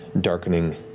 darkening